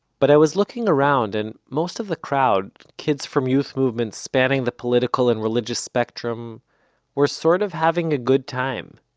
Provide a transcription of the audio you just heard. but i was looking around, and most of the crowd kids from youth movements spanning the political and religious spectrum were sort of having a good time.